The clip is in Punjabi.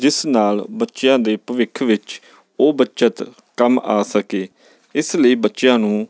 ਜਿਸ ਨਾਲ ਬੱਚਿਆਂ ਦੇ ਭਵਿੱਖ ਵਿੱਚ ਉਹ ਬੱਚਤ ਕੰਮ ਆ ਸਕੇ ਇਸ ਲਈ ਬੱਚਿਆਂ ਨੂੰ